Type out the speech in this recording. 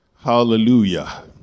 Hallelujah